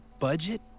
budget